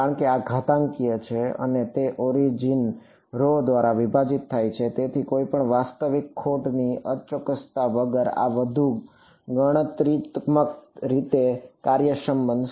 કારણ કે આ ઘાતાંકીય છે અને તે ઓરિજિન rho દ્વારા વિભાજિત છે તેથી કોઈ પણ વાસ્તવિક ખોટની અચોક્કસતા વગર આ વધુ ગણતરીત્મક રીતે કાર્યક્ષમ બનશે